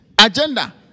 Agenda